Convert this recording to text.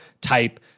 type